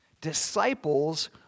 Disciples